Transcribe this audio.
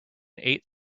eight